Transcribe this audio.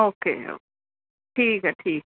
okay ਓ ਠੀਕ ਹੈ ਠੀਕ ਹੈ